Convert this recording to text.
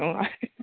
नङा